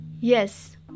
Yes